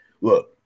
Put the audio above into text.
look